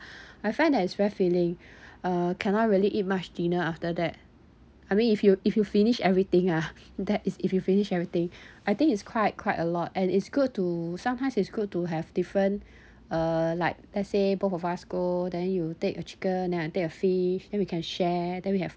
I find that it's very filling uh cannot really eat much dinner after that I mean if you if you finish everything ah that is if you finish everything I think it's quite quite a lot and it's good to sometimes it's good to have different uh like let's say both of us go then you take a chicken then I take a fish then we can share then we have